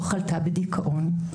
חלתה בדיכאון,